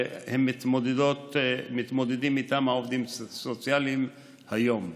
שמתמודדים איתם העובדים הסוציאליים היום.